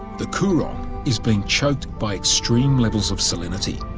the coorong is being choked by extreme levels of salinity.